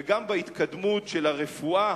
וגם בהתקדמות של הרפואה